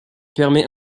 permet